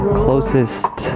closest